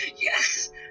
yes